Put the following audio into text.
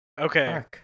Okay